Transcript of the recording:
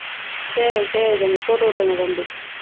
சரி சரி தம்பி போட்டு விட்ருங்க தம்பி